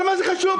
מה זה חשוב?